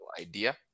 idea